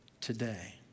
today